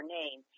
name